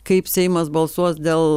kaip seimas balsuos dėl